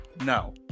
No